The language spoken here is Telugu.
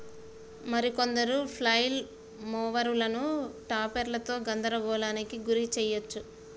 మరి కొందరు ఫ్లైల్ మోవరులను టాపెర్లతో గందరగోళానికి గురి శెయ్యవచ్చు